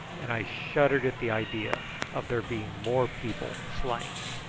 and i shuddered at the idea of there being more people slain.